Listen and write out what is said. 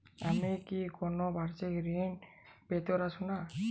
আমি কি কোন বাষিক ঋন পেতরাশুনা?